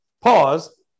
pause